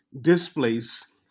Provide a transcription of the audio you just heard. displace